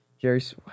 Jerry's